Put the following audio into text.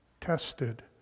tested